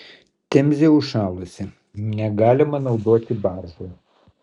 temzė užšalusi negalima naudoti baržų